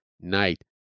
Night